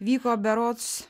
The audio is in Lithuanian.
vyko berods